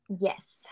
yes